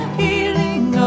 healing